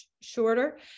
shorter